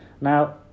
Now